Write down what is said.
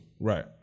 Right